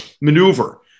Maneuver